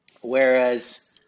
whereas